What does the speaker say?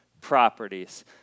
properties